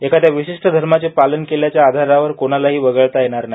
एखादया विशिष्ट धर्माचे पालन केल्याच्या आधारावर कोणालाही वगळता येणार नाही